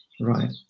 Right